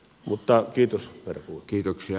mutta kiitos herra puhemies